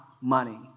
money